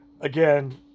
Again